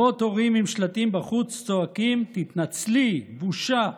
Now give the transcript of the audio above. מאות הורים עם שלטים בחוץ צועקים: תתנצלי, בושה.